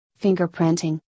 Fingerprinting